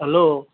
hello